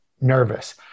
nervous